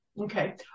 Okay